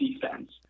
defense